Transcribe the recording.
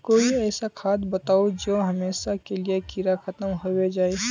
कोई ऐसा खाद बताउ जो हमेशा के लिए कीड़ा खतम होबे जाए?